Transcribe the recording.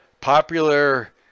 popular